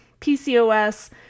PCOS